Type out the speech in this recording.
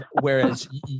whereas